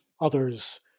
others